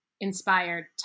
inspired